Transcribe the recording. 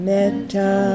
Metta